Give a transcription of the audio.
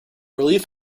relief